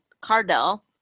Cardell